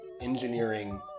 engineering